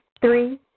Three